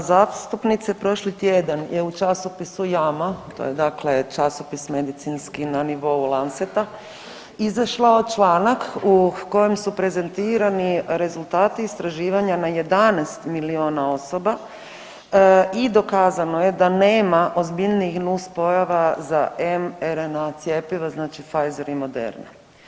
Poštovana zastupnice, prošli tjedan je u časopisu Jama, to je časopis medicinski na nivou Lanseta izašao članak u kojem su prezentirani rezultati istraživanja na 11 miliona osoba i dokazano je da nema ozbiljnijih nuspojava za MRNA cjepiva, znači Pfeiser i Moderna.